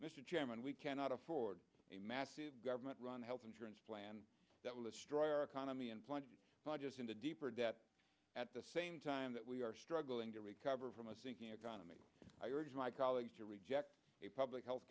chairman we cannot afford a massive government run health insurance plan that will destroy our economy and plunged into deeper debt at the same time that we are struggling to recover from a sinking economy i urge my colleagues to reject a public health